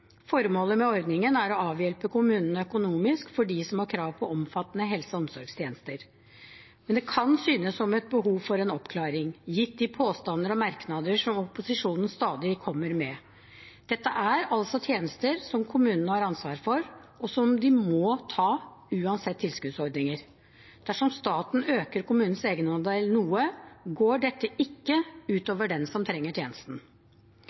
Formålet med ordningen er å avhjelpe kommunene økonomisk for dem som har krav på omfattende helse- og omsorgstjenester. Men det kan synes som det er behov for en oppklaring, gitt de påstander og merknader som opposisjonen stadig kommer med. Dette er tjenester som kommunene har ansvar for, og som de må ta uansett tilskuddsordninger. Dersom staten øker kommunenes egenandel noe, går ikke dette ut over den som trenger tjenesten.